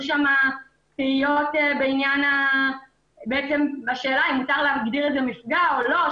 שם תהיות בשאלה אם מותר להגדיר את זה מפגע או לא,